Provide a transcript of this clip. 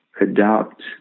adopt